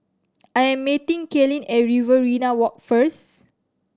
I am meeting Kaylynn at Riverina Walk first